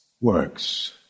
works